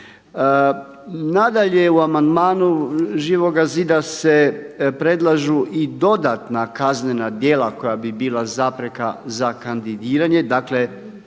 Nadalje, u amandmanu Živoga zida se predlažu i dodatna kaznena djela koja bi bila zapreka za kandidiranje.